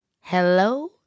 Hello